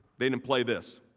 they didn't play this.